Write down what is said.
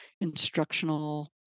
instructional